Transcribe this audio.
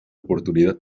oportunidad